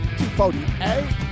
248